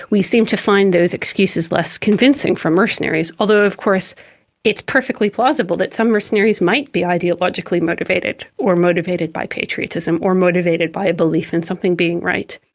we seem to find those excuses less convincing for mercenaries, although of course it's perfectly plausible that some mercenaries might be ideologically motivated or motivated by patriotism or motivated by a belief in something being right.